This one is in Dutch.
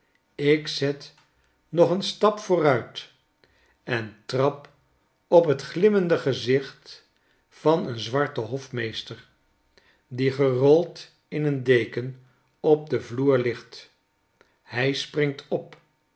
ik zet nog een stap vooruit en trap op t glimmende gezicht van een zwarten hofmeester die gerold in een deken op den vloer ligt hij springt op